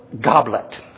goblet